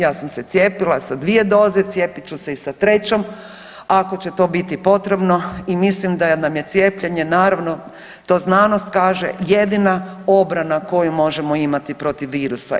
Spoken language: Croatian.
Ja sam se cijepila sa 2 doze, cijepit ću se i sa trećom ako će to biti potrebno i mislim da nam je cijepljenje naravno, to znanost kaže jedina obrana koju možemo imati protiv virusa.